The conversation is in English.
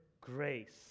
grace